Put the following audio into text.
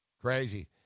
Crazy